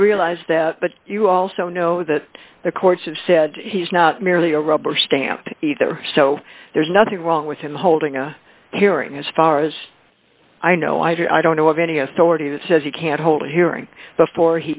i realize that but you also know that the courts have said he's not merely a rubber stamp either so there's nothing wrong with him holding a hearing as far as i know i don't know of any authority that says he can't hold a hearing before